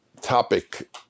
topic